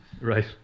Right